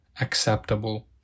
acceptable